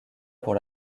pour